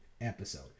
episode